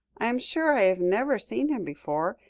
i am sure i have never seen him before,